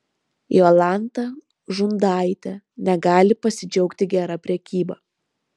jolanta žundaitė negali pasidžiaugti gera prekyba